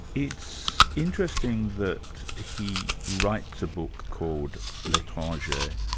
it's interesting that he writes a book called l'etranger,